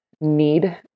need